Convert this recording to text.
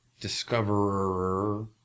discoverer